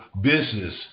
business